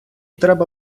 треба